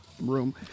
room